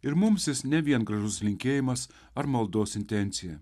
ir mums jis ne vien gražus linkėjimas ar maldos intencija